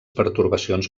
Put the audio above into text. pertorbacions